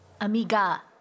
Amiga